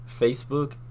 facebook